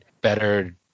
better –